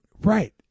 Right